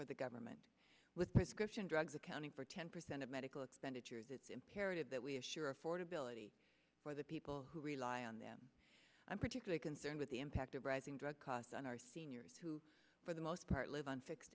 for the government with prescription drugs accounting for ten percent of medical expenditures it's imperative that we assure affordability for the people who rely on them i'm particularly concerned with the impact of rising drug costs on our seniors who for the most part live on fixed